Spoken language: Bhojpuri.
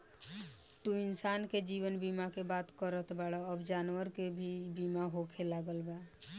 तू इंसान के जीवन बीमा के बात करत बाड़ऽ अब जानवर के भी बीमा होखे लागल बा